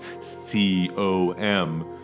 C-O-M